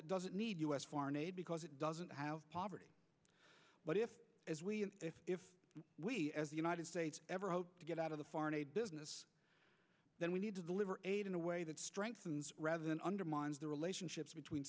that doesn't need us foreign aid because it doesn't have poverty but if we as the united states ever get out of the foreign aid business then we need to deliver aid in a way that strengthens rather than undermines the relationships between